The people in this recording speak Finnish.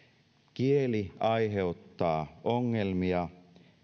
kieli aiheuttaa ongelmia